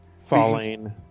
Falling